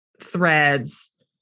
threads